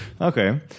Okay